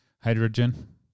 hydrogen